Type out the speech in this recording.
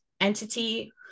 entity